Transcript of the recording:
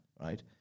right